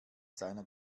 seiner